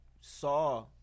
saw